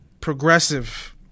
Progressive